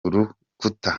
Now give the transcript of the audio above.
urukuta